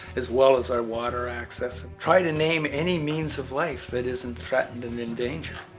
as well as our water access. try to name any means of life that isn't threatened and endangered.